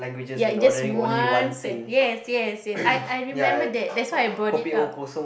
ya it just one sen~ yes yes yes I I remember that that's why I brought it out